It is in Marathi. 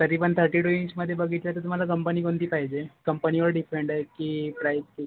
तरी पण थर्टी टू इंचमध्ये बघितलं तर तुम्हाला कंपनी कोणती पाहिजे कंपनीवर डिपेंड आहे की प्राईस त्याची